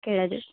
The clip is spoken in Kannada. ಕೇಳಿದೆ